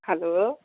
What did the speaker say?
hello